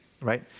Right